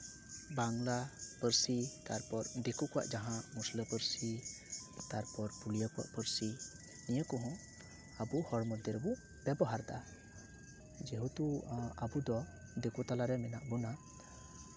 ᱵᱟᱝᱞᱟ ᱯᱟᱹᱨᱥᱤ ᱛᱟᱨᱯᱚᱨ ᱫᱤᱠᱩ ᱠᱚᱣᱟᱜ ᱡᱟᱦᱟᱸ ᱢᱩᱥᱞᱟᱹ ᱯᱟᱹᱨᱥᱤ ᱛᱟᱨᱯᱚᱨ ᱯᱩᱞᱤᱭᱟᱹ ᱠᱚᱣᱟᱜ ᱯᱟᱹᱨᱥᱤ ᱱᱤᱭᱟᱹ ᱠᱚᱦᱚᱸ ᱟᱵᱚ ᱦᱚᱲ ᱢᱚᱫᱽᱫᱷᱮ ᱨᱮᱵᱚ ᱵᱮᱵᱚᱦᱟᱨᱫᱟ ᱡᱮᱦᱮᱛᱩ ᱟᱵᱚ ᱫᱚ ᱫᱤᱠᱩ ᱛᱟᱞᱟ ᱨᱮ ᱢᱮᱱᱟᱜ ᱵᱚᱱᱟ